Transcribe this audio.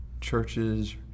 churches